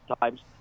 times